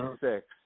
six